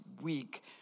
week